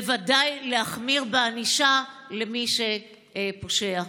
בוודאי להחמיר בענישה למי שפושע.